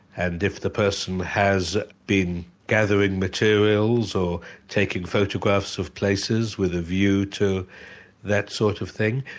and if the person has been gathering materials or taking photographs of places with a view to that sort of thing,